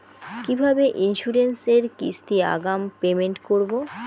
কিভাবে ইন্সুরেন্স এর কিস্তি আগাম পেমেন্ট করবো?